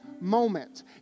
moment